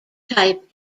type